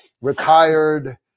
Retired